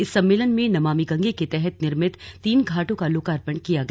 इस सम्मेलन में नमामि गंगे के तहत निर्मित तीन घाटों का लोकार्पण किया गया